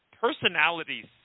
personalities